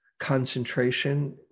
concentration